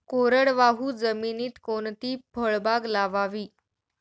कोरडवाहू जमिनीत कोणती फळबाग लावावी?